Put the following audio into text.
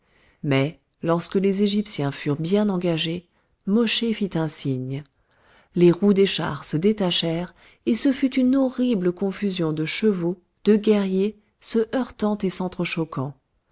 mais lorsque les égyptiens furent bien engagés mosché fit un signe les roues des chars se détachèrent et ce fut une horrible confusion de chevaux de guerriers se heurtant et s'entrechoquant